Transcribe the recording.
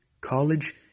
college